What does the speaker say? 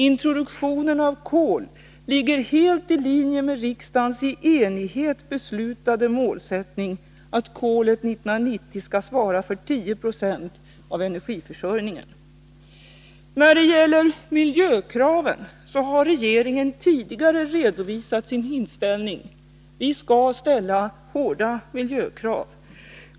Introduktionen av kol ligger helt i linje med riksdagens i enighet beslutade målsättning att kolet 1990 skall svara för 10 96 av energiförsörjningen. Beträffande miljökraven har regeringen tidigare redovisat sin inställning. Vi skall ställa hårda miljökrav.